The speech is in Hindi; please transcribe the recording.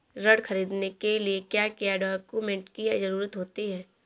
ऋण ख़रीदने के लिए क्या क्या डॉक्यूमेंट की ज़रुरत होती है?